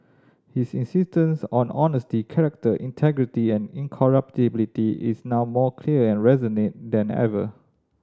his insistence on honesty character integrity and incorruptibility is now more clear and resonant than ever